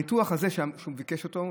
הניתוח הזה שהוא ביקש אותו,